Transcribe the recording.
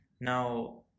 now